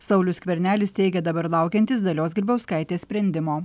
saulius skvernelis teigė dabar laukiantis dalios grybauskaitės sprendimo